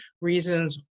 reasons